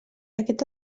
aquest